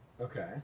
Okay